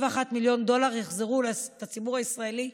61 מיליון דולר יחזרו לציבור הישראלי,